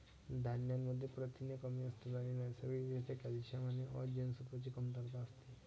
धान्यांमध्ये प्रथिने कमी असतात आणि नैसर्गिक रित्या कॅल्शियम आणि अ जीवनसत्वाची कमतरता असते